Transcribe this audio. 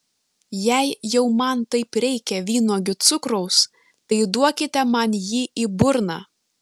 jei jau man taip reikia vynuogių cukraus tai duokite man jį į burną